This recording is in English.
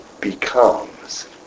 becomes